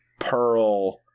pearl